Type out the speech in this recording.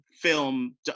film –